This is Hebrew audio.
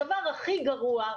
הדבר הכי גרוע,